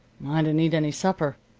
i didn't eat any supper,